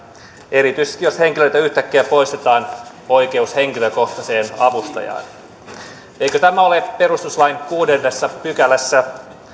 erityisesti jos henkilöltä yhtäkkiä poistetaan oikeus henkilökohtaiseen avustajaan eikö tämä ole perustuslain kuudennessa pykälässä